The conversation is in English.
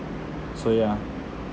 so yeah